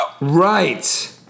Right